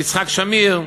יצחק שמיר,